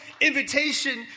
invitation